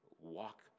walk